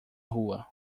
rua